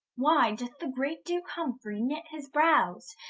why doth the great duke humfrey knit his browes,